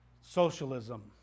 socialism